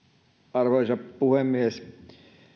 arvoisa puhemies